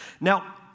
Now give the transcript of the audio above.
Now